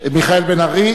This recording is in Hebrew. אחריו,